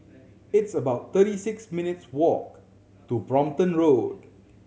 it's about thirty six minutes' walk to Brompton Road